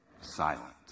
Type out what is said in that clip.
silent